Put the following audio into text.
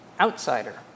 outsider